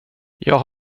jag